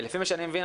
לפי מה שאני מבין,